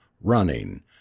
running